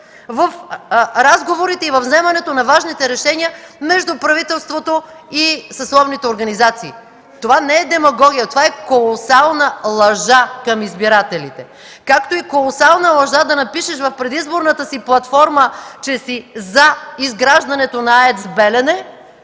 в разговорите и във вземането на важните решения между правителството и съсловните организации? Това не е демагогия, това е колосална лъжа към избирателите. Както и колосална лъжа е да напишеш в предизборната си платформа, че си „за” изграждането на АЕЦ „Белене”,